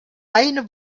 eine